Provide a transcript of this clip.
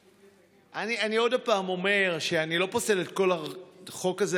אני עוד הפעם אומר שאני לא פוסל את כל החוק הזה,